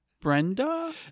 Brenda